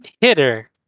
hitter